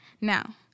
Now